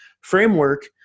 framework